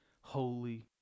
holy